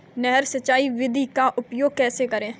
नहर सिंचाई विधि का उपयोग कैसे करें?